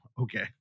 Okay